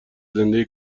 زنده